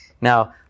Now